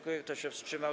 Kto się wstrzymał?